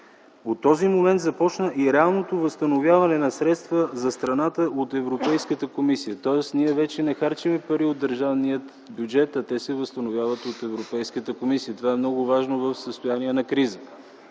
От този момент започна и реалното възстановяване на средства за страната от Европейската комисия, тоест ние вече не харчим пари от държавния бюджет, а те се възстановяват от Европейската комисия. Това е много важно в състояние на криза.